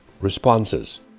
responses